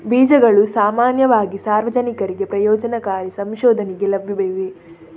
ಬೀಜಗಳು ಸಾಮಾನ್ಯವಾಗಿ ಸಾರ್ವಜನಿಕರಿಗೆ ಪ್ರಯೋಜನಕಾರಿ ಸಂಶೋಧನೆಗೆ ಲಭ್ಯವಿವೆ